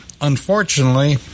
unfortunately